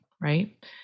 right